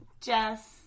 Jess